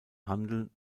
handeln